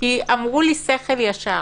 כי אמרו לי שכל ישר.